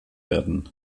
werden